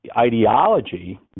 ideology